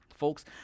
folks